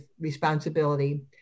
responsibility